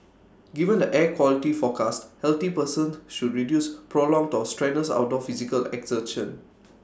given the air quality forecast healthy persons should reduce prolonged or strenuous outdoor physical exertion